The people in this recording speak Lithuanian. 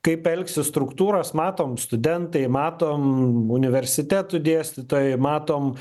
kaip elgsis struktūros matom studentai matom universitetų dėstytojai matom